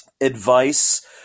advice